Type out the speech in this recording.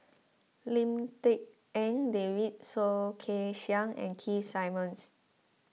Lim Tik En David Soh Kay Siang and Keith Simmons